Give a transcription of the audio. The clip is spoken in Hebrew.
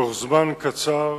בתוך זמן קצר